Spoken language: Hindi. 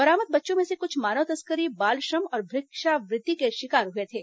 बरामद बच्चों में से कुछ मानव तस्करी बालश्रम और भिक्षावृत्ति के शिकार हुए थे